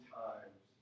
times